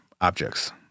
objects